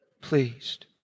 pleased